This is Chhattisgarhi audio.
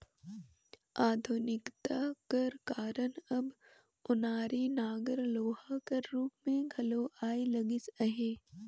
आधुनिकता कर कारन अब ओनारी नांगर लोहा कर रूप मे घलो आए लगिस अहे